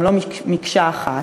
הם לא מקשה אחת.